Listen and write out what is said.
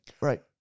Right